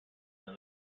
then